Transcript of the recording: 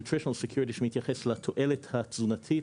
Nutrition Security שמתייחס לתועלת התזונתית,